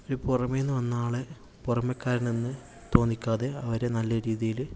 പുറമെ നിന്ന് വന്ന ആളെ പുറമേക്കാരെന്ന് തോന്നിക്കാതെ അവരെ നല്ല രീതിയില്